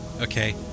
okay